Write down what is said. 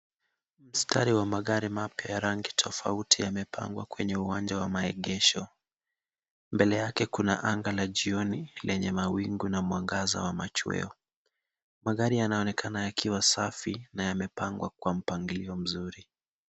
Mstari wa magari mapya ya rangi tofauti yamepangwa kwenye uwanja wa maegesho. Mbele yake kuna anga la jioni lenye mawingu na mwangaza wa machweo. Magari yanaonekana yakiwa safi na yamepangwa kwa mpangilio mzuri.